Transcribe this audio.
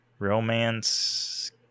romance